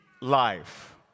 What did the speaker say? Life